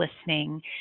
listening